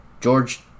George